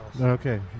Okay